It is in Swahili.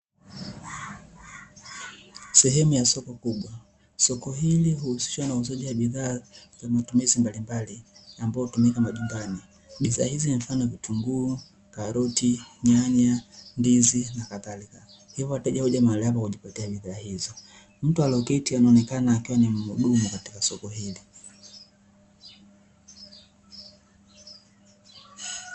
Sehemu ya soko kubwa. Soko hili huhusishwa na uuzaji wa bidhaa za matumizi mbalimbali ambazo hutumika majumbani, bidhaa hizi mfano: vitunguu, karoti, nyanya, ndizi na kadhalika, hivyo wateja huja mahali hapo kujipatia bidhaa hizo, mtu alyeketi anaonekana kuwa ni mhudumu katika soko hili.